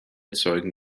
zeugen